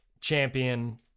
champion